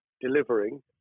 delivering